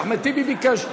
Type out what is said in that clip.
אחמד טיבי ביקש.